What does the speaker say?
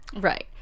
Right